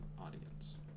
audience